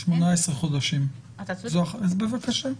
18 חודשים, אז בבקשה,